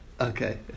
Okay